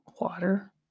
water